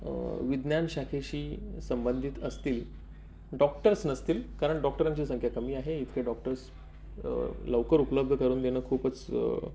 विज्ञान शाखेशी संबंधित असतील डॉक्टर्स नसतील कारण डॉक्टरांची संख्या कमी आहे इतके डॉक्टर्स लवकर उपलब्ध करून देणं खूपच